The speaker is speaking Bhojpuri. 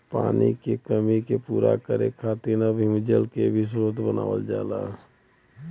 पानी के कमी के पूरा करे खातिर अब हिमजल के भी स्रोत बनावल जाला